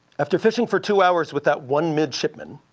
after fishing for two hours with that one midshipman,